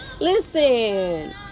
listen